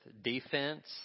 defense